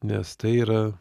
nes tai yra